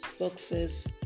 success